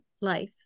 life